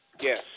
Yes